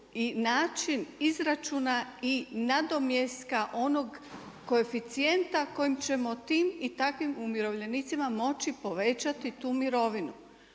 i način izračuna i nadomjeska onoga koeficijenta kojim ćemo tim i takvim umirovljenicima moći povećati tu mirovinu